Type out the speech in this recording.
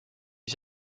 kui